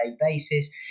basis